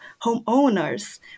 homeowners